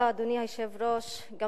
אדוני היושב-ראש, תודה.